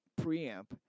preamp